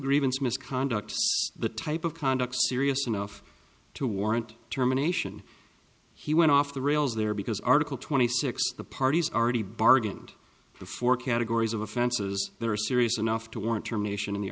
grievance misconduct the type of conduct serious enough to warrant terminations he went off the rails there because article twenty six the parties are ready bargained for four categories of offenses there are serious enough to warrant term nation in the